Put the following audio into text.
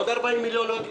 עוד 40 מיליון להון מניות,